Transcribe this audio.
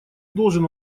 должен